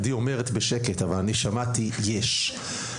עדי אומרת בשקט ואני שמעתי יש,